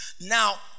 Now